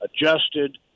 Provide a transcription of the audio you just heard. adjusted